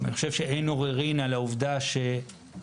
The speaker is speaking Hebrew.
אני חושב שאין עוררין על העובדה שאדם